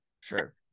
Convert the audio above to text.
Sure